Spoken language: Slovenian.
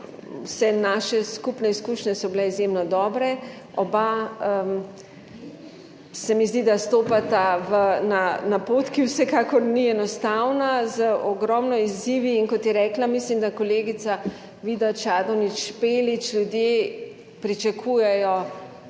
Vse naše skupne izkušnje so bile izjemno dobre. Oba se mi zdi, da stopata na pot, ki vsekakor ni enostavna, z ogromno izzivi in kot je rekla mislim, da kolegica Vida Čadonič Špelič, ljudje pričakujejo